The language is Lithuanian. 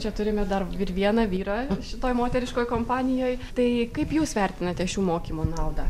čia turime dar ir vieną vyrą šitoj moteriškoj kompanijoj tai kaip jūs vertinate šių mokymų naudą